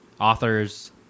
authors